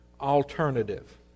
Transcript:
alternative